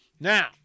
Now